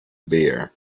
bear